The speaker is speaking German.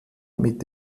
mit